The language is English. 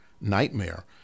nightmare